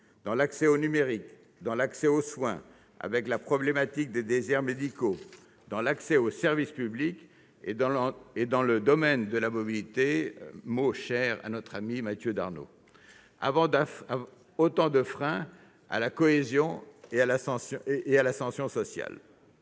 dans l'accès au numérique, dans l'accès aux soins, avec la problématique des déserts médicaux, dans l'accès aux services publics et dans le domaine de la mobilité, mot cher à notre collègue Mathieu Darnaud. Autant de freins à la cohésion et à l'ascension sociales